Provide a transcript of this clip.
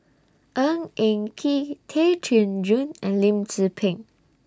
Ng Eng Kee Tay Chin Joo and Lim Tze Peng